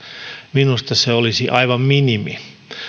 minusta se olisi aivan minimi